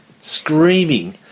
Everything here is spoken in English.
Screaming